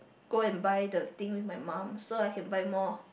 go and buy the thing with my mum so I can buy more